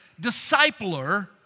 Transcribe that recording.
discipler